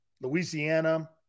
Louisiana